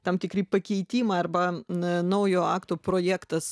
tam tikri pakeitimai arba naujo akto projektas